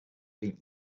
beat